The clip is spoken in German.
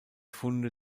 funde